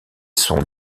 son